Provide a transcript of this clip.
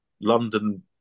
London